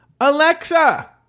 Alexa